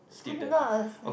I'm not a